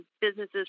Businesses